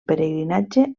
pelegrinatge